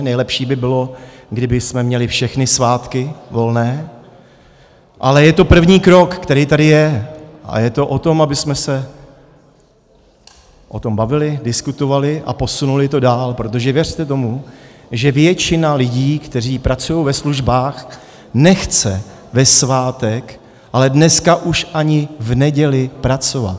Nejlepší by bylo, kdybychom měli všechny svátky volné, ale je to první krok, který tady je, a je to o tom, abychom se o tom bavili, diskutovali a posunuli to dál, protože věřte tomu, že většina lidí, kteří pracují ve službách, nechce ve svátek, ale dnes už ani v neděli pracovat.